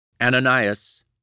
Ananias